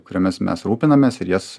kuriomis mes rūpinamės ir jas